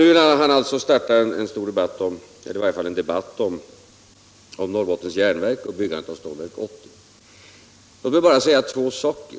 Nu vill han starta en stor debatt — eller i varje fall en debatt — om Norrbottens Jernverk och byggandet av Stålverk 80. Låt mig bara säga två saker.